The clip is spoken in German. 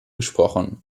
gesprochen